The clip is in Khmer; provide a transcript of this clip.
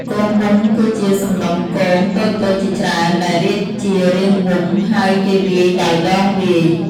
គងវង់គឺជាសំណុំគងតូចៗជាច្រើនដែលរៀបជារាងវង់ ហើយគេវាយដោយដងវាយ។